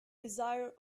desire